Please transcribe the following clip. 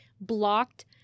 blocked